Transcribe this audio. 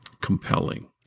compelling